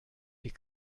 die